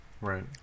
Right